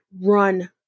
run